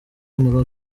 maroc